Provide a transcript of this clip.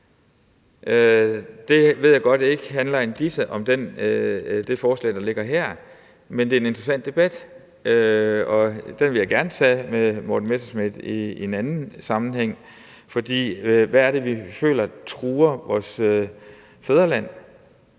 Det ved jeg godt ikke handler en disse om det forslag, der ligger her, men det er en interessant debat, og den vil jeg gerne tage med Morten Messerschmidt i en anden sammenhæng, for hvad er det, vi føler truer vores fædreland?